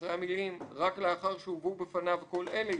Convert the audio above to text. אחרי המילים "רק לאחר שהובאו בפניו כל אלה"